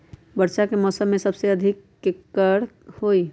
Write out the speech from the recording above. वर्षा के मौसम में सबसे अधिक खेती केकर होई?